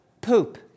poop